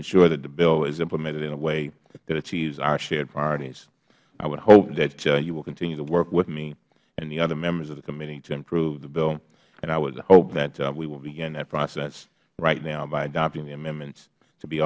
ensure that the bill is implemented in a way that achieves our share of priorities i would hope that you will continue to work with me and the other members of the committee to improve the bill and i would hope that we will begin that process right now by adopting the amendment to be